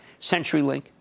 CenturyLink